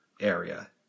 area